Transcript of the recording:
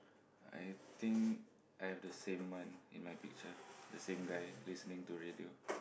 I think I have to seen one in my picture the same guy listening to radio